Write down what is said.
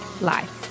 life